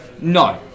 No